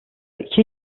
iki